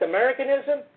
Americanism